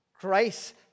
Grace